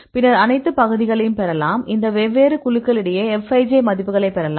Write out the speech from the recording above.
பின்னர் அனைத்து பகுதிகளையும் பெறலாம் இந்த வெவ்வேறு குழுக்களிடையே Fij மதிப்புகளைப் பெறலாம்